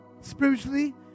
spiritually